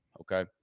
okay